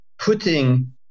putting